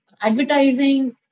Advertising